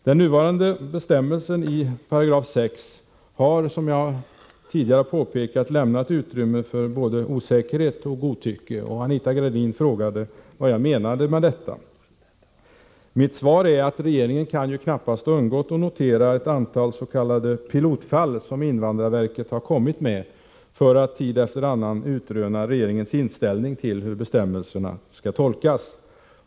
Den nuvarande bestämmelsen i 6 § har, som jag tidigare påpekat, lämnat utrymme för både osäkerhet och godtycke. Anita Gradin frågade vad jag menade med detta. Mitt svar är att regeringen knappast kan ha undgått att notera ett antal s.k. pilotfall, som invandrarverket har tagit upp för att tid efter annan utröna regeringens inställning till hur bestämmelserna skall tolkas.